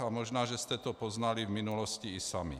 A možná, že jste to poznali v minulosti i sami.